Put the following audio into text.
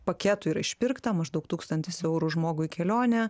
paketų yra išpirkta maždaug tūkstantis eurų žmogui kelionė